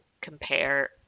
compare